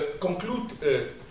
conclude